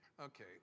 Okay